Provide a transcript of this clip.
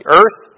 earth